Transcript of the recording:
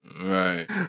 Right